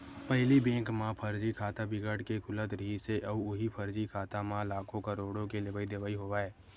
पहिली बेंक म फरजी खाता बिकट के खुलत रिहिस हे अउ उहीं फरजी खाता म लाखो, करोड़ो के लेवई देवई होवय